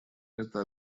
это